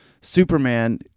Superman